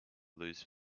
lose